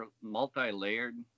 multi-layered